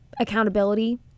accountability